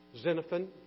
Xenophon